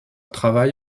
travail